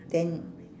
then